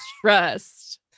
Trust